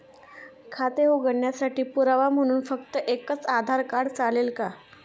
खाते उघडण्यासाठी पुरावा म्हणून फक्त एकच आधार कार्ड चालेल का?